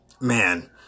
man